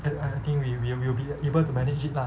and I think we will we will be able to manage it lah